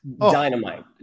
Dynamite